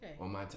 okay